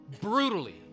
brutally